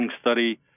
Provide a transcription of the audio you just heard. study